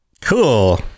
Cool